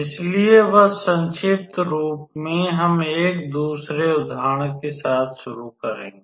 इसलिए बस संक्षिप्त रूप में हम एक दूसरे उदाहरण के साथ शुरू करेंगे